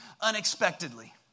unexpectedly